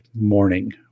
morning